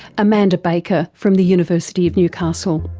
amanda baker from the university of newcastle.